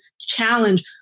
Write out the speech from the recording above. challenge